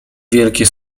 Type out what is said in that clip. wielkie